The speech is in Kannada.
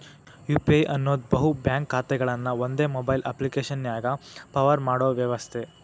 ಯು.ಪಿ.ಐ ಅನ್ನೋದ್ ಬಹು ಬ್ಯಾಂಕ್ ಖಾತೆಗಳನ್ನ ಒಂದೇ ಮೊಬೈಲ್ ಅಪ್ಪ್ಲಿಕೆಶನ್ಯಾಗ ಪವರ್ ಮಾಡೋ ವ್ಯವಸ್ಥೆ